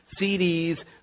CDs